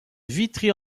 vitry